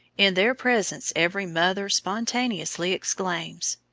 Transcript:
in their presence every mother spontaneously exclaims,